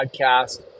podcast